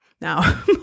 now